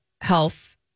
health